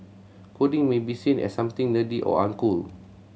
coding may be seen as something nerdy or uncool